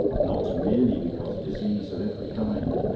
not merely because disease of every kind,